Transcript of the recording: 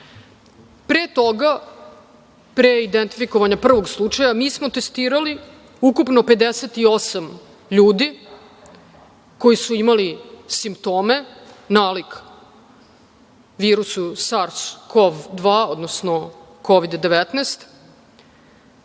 toga, pre identifikovanja prvog slučaja, mi smo testirali ukupno 58 ljudi koji su imali simptome nalik virusu SARS-KoV-2, odnosno Kovid - 19